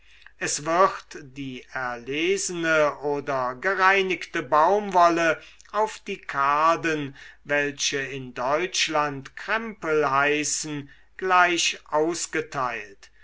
es wird die erlesene oder gereinigte baumwolle auf die karden welche in deutschland krempel heißen gleich ausgeteilt